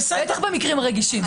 בטח במקרים רגישים.